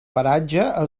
paratge